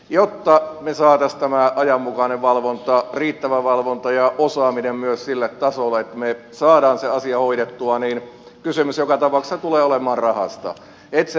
jotta me saisimme tämän ajanmukaisen valvonnan riittävän valvonnan ja osaamisen myös sille tasolle että me saamme sen asian hoidettua niin kysymys joka tapauksessa tulee olemaan rahasta että se riittää